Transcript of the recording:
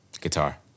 Guitar